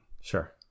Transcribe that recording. Sure